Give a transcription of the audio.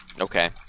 Okay